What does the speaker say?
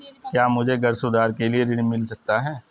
क्या मुझे घर सुधार के लिए ऋण मिल सकता है?